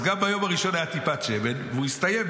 אז גם ביום הראשון היה טיפת שמן והוא הסתיים.